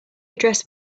address